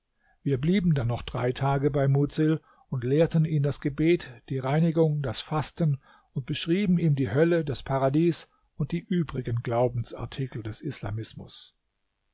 wir blieben dann noch drei tage bei mudsil und lehrten ihn das gebet die reinigung das fasten und beschrieben ihm die hölle das paradies und die übrigen glaubensartikel des islamismus